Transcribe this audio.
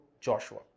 Joshua